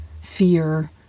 fear